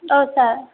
अ सार